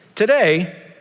Today